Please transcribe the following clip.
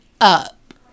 up